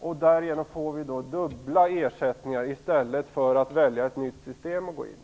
Därigenom får vi dubbla ersättningar i stället för att välja gå in i ett helt nytt system.